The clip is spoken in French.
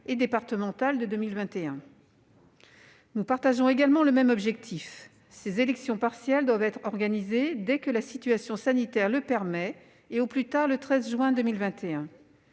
et départementales de 2021. Nous partageons également le même objectif : ces élections partielles doivent être organisées dès que la situation sanitaire le permettra, et au tard le 13 juin 2021.